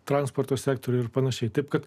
transporto sektorių ir pan taip kad